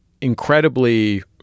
incredibly